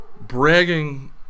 Bragging